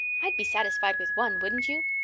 i'd be satisfied with one, wouldn't you?